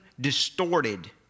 distorted